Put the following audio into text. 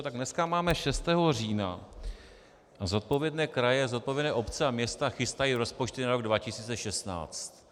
Tak dneska máme 6. října a zodpovědné kraje a zodpovědné obce a města chystají rozpočty na rok 2016.